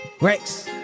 Rex